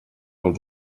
els